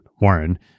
warren